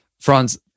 Franz